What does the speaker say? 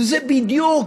וזו בדיוק,